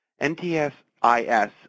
NTSIS